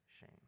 shame